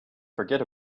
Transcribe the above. forget